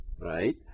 Right